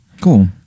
cool